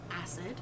Acid